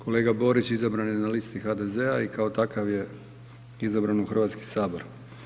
Kolega Borić izabran je na listi HDZ-a i kao takav je izabran u Hrvatski sabor.